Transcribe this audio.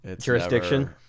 jurisdiction